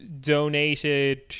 donated